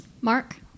Mark